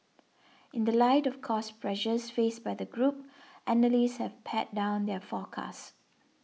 in the light of cost pressures faced by the group analysts have pared down their forecasts